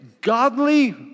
godly